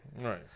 Right